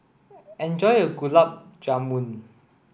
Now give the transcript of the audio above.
enjoy your Gulab Jamun